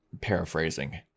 Paraphrasing